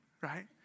right